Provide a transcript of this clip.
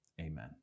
Amen